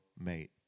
mate